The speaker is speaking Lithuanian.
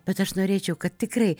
bet aš norėčiau kad tikrai